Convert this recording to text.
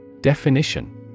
Definition